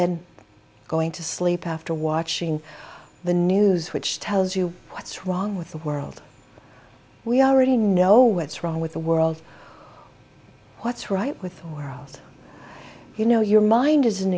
then going to sleep after watching the news which tells you what's wrong with the world we already know what's wrong with the world what's right with world you know your mind is an